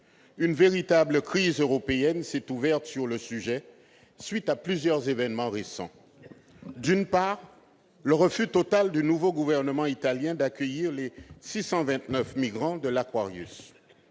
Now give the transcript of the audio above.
une véritable crise européenne s'est ouverte sur le sujet, à la suite de plusieurs évènements récents. D'une part, le refus total du nouveau gouvernement italien d'accueillir les 629 migrants de. D'autre